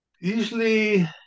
Usually